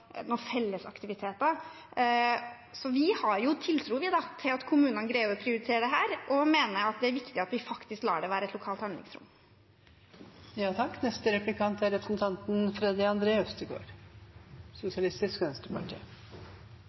Vi har tiltro til at kommunene greier å prioritere dette og mener det er viktig at vi faktisk lar det være et lokalt handlingsrom.